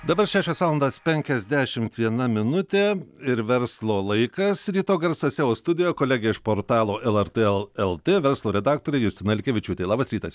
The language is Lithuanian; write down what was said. dabar šešios valandos penkiasdešimt viena minutė ir verslo laikas ryto garsuose o studijoj kolegė iš portalo lrt el el tė verslo redaktorė justina likevičiūtė labas rytas